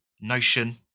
notion